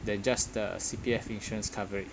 than just the C_P_F insurance coverage